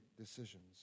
decisions